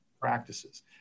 practices